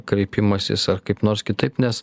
kreipimasis ar kaip nors kitaip nes